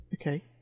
Okay